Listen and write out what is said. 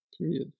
period